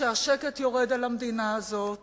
שהשקט יורד על המדינה הזאת